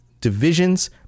divisions